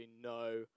no